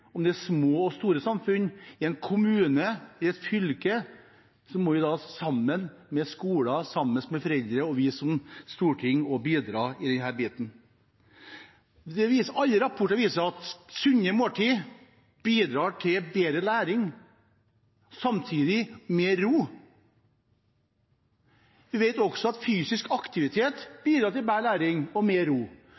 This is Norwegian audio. om det er små eller store samfunn i en kommune, i et fylke – vi som storting, sammen med skolen, sammen med foreldrene, må bidra i denne biten. Alle rapporter viser at sunne måltider bidrar til bedre læring og – samtidig – mer ro. Vi vet også at fysisk aktivitet